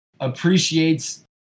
appreciates